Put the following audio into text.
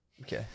Okay